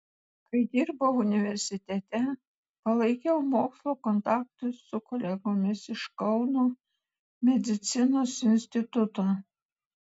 kai dirbau universitete palaikiau mokslo kontaktus su kolegomis iš kauno medicinos instituto